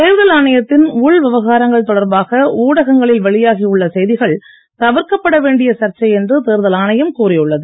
தேர்தல் ஆணையத்தின் உள் விவகாரங்கள் தொடர்பாக ஊடகங்களில் வெளியாகி உள்ள செய்திகள் தவிர்க்கப்பட வேண்டிய சர்ச்சை என்று தேர்தல் ஆணையம் கூறியுள்ளது